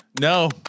No